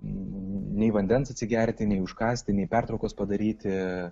nei vandens atsigerti nei užkąsti nei pertraukos padaryti